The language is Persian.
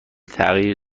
تغییر